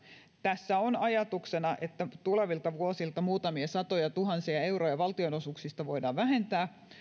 tässä on ajatuksena että tulevilta vuosilta muutamia satoja tuhansia euroja valtionosuuksista voidaan vähentää